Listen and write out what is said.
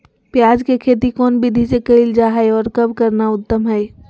प्याज के खेती कौन विधि से कैल जा है, और कब करना उत्तम है?